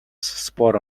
spot